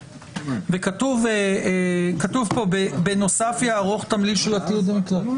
כתוב פה, בנוסף יערוך תמליל של התיעוד המוקלט.